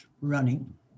running